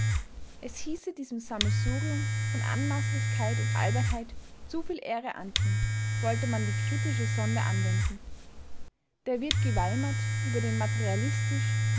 es hieße diesem sammelsurium von anmaßlichkeit und albernheit zuviel ehre antun wollte man die kritische sonde anwenden da wird geweimert über den